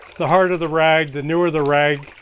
the harder the rag, the newer the rag,